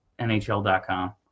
NHL.com